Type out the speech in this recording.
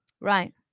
right